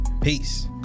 Peace